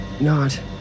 not-